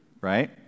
right